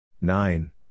nine